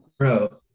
Bro